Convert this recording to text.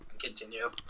continue